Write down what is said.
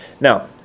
Now